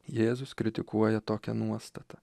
jėzus kritikuoja tokią nuostatą